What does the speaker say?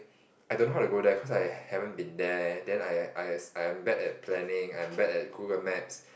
I don't know how to go there cause I haven't been there then I I I'm bad at planning I'm bad at Google Maps